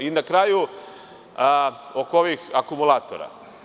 I na kraju, oko ovih akumulatora.